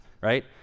right